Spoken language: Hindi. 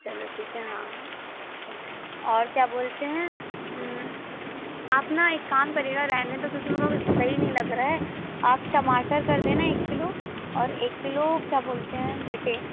चलो ठीक है हाँ ठीक है और क्या बोलते हैं आप ना एक काम करिएगा रहने दो क्योंकि मुझको अभी सही नहीं लग रहा है आप टमाटर कर देना एक किलो और एक किलो क्या बोलते हैं भट्टे